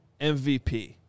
MVP